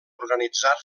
organitzar